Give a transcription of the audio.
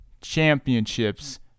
championships